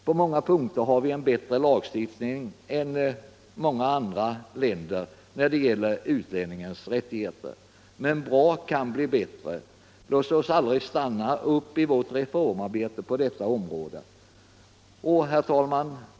På många punkter har vi en bättre lagstiftning än många andra länder när det gäller utlännings rättigheter. Men bra kan bli bättre. Låt oss aldrig stanna upp i vårt reformarbete på detta område! Herr talman!